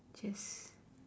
just